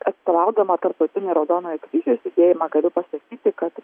atstovaudama tarptautinį raudonojo kryžiaus judėjimą galiu pasakyti kad